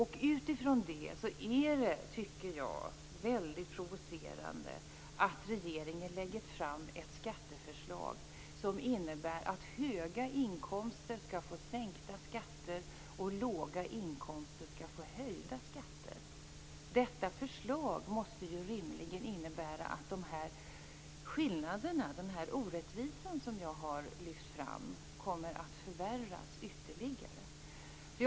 Jag tycker att det utifrån detta är väldigt provocerande att regeringen lägger fram ett skatteförslag som innebär att höginkomsttagare skall få sänkta skatter och låginkomsttagare skall få höjda skatter. Detta förslag måste rimligen innebära att den orättvisa som jag har lyft fram kommer att förvärras ytterligare.